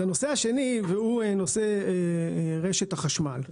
הנושא השני הוא נושא רשת החשמל.